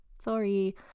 Sorry